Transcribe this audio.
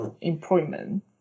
employment